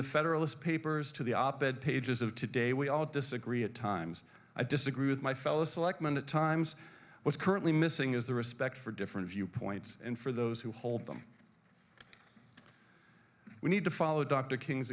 the federalist papers to the op ed pages of today we all disagree at times i disagree with my fellow selectman at times what's currently missing is the respect for different viewpoints and for those who hold them we need to follow dr king's